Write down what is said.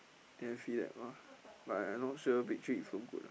then I feel like !wah! but I I not sure bake tree is so good ah